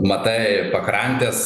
matai pakrantes